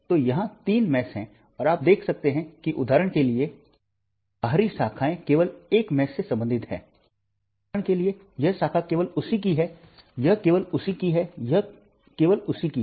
तो यहां तीन जाल हैं और आप देख सकते हैं कि उदाहरण के लिए ये बाहरी शाखाएं केवल एक जाल से संबंधित हैं उदाहरण के लिए यह शाखा केवल उसी की है यह केवल उसी की है यह केवल उसी की है